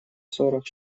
сорок